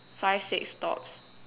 five six stops